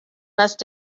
must